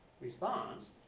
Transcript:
response